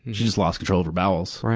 she just lost control of her bowels.